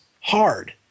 hard